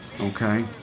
Okay